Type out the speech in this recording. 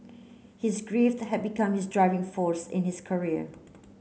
his grief had become his driving force in his career